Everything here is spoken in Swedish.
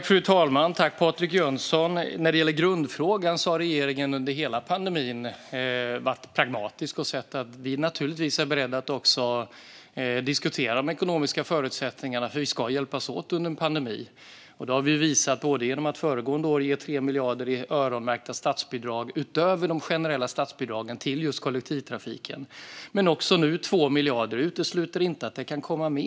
Fru talman! Tack, Patrik Jönsson! När det gäller grundfrågan har regeringen under hela pandemin varit pragmatisk och sagt att vi är beredda att diskutera de ekonomiska förutsättningarna, eftersom vi ska hjälpas åt under en pandemi. Det har vi visat genom att föregående år utöver de generella statsbidragen ge 3 miljarder i öronmärkta statsbidrag till just kollektivtrafiken. Nu ger vi också 2 miljarder. Och jag utesluter inte att det kan komma mer.